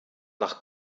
nach